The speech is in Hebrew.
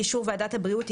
באישור ועדת הבריאות,